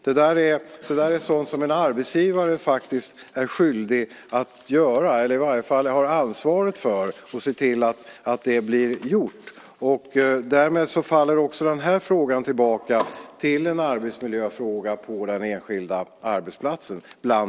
Det är sådant som en arbetsgivare faktiskt är skyldig att göra, eller i varje fall har ansvar för att se till att det blir gjort. Därmed faller frågan tillbaka till att - bland annat - bli en arbetsmiljöfråga på den enskilda arbetsplatsen.